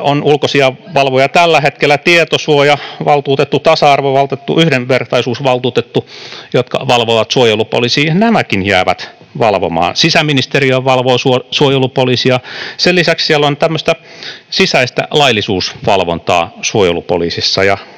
on ulkoisia valvojia, tällä hetkellä tietosuojavaltuutettu, tasa-arvovaltuutettu, yhdenvertaisuusvaltuutettu, jotka valvovat suojelupoliisia. Nämäkin jäävät valvomaan. Sisäministeriö valvoo suojelupoliisia. Sen lisäksi siellä on sisäistä laillisuusvalvontaa suojelupoliisissa,